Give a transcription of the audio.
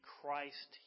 Christ